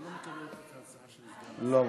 גם בוועדת הכנסת לא יהיה.